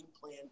plan